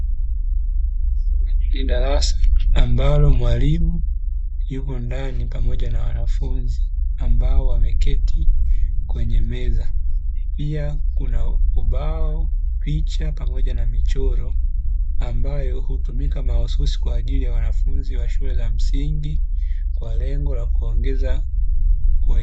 Ni darasa ambalo mwalimu yupo ndani pamoja na wanafunzi, ambao wameketi kwenye meza. Pia kuna ubao, picha, pamoja na michoro ambayo hutumika mahususi kwa ajili ya wanafunzi wa shule za msingi kwa lengo la kuongeza.